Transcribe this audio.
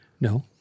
No